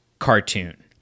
cartoon